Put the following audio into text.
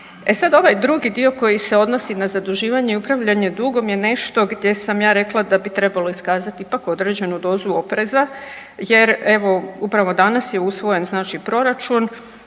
E sad, ovaj drugi dio koji se odnosi na zaduživanje i upravljanje dugom je nešto gdje sam ja rekla da bi trebalo iskazati ipak određenu dozu opreza jer evo upravo danas je usvojen znači proračun